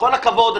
בכל הכבוד,